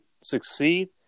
succeed